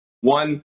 One